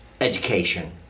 education